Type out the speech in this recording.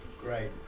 Great